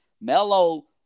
Melo